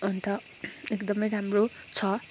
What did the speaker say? अन्त एकदमै राम्रो छ